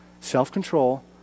Self-control